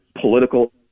political